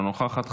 אינה נוכחת,